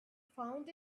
found